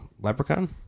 leprechaun